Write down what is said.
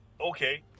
Okay